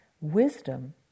Wisdom